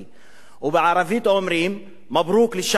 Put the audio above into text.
ובערבית אומרים: מבּרוכּ ללשעבּ אל-מצרי,